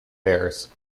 bears